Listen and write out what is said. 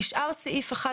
נשאר סעיף אחד,